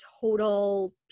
total